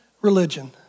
religion